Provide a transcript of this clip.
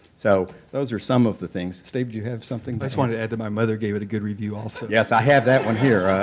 so those are some of the things. steve, do you have something i just wanted to add that my mother gave it a good review also. yes, i have that one here.